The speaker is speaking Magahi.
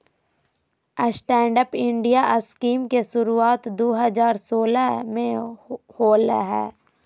स्टैंडअप इंडिया स्कीम के शुरुआत दू हज़ार सोलह में होलय हल